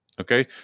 Okay